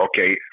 okay